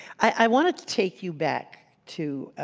i wanted to take you back to,